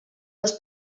les